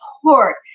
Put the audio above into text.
support